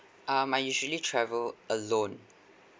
um I usually travel alone